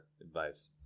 advice